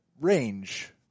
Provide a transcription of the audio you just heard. range